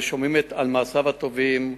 ושומעים על מעשיו הטובים,